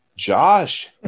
Josh